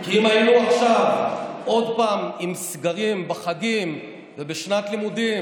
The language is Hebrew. כי אם היינו עכשיו עוד פעם עם סגרים בחגים ובשנת לימודים,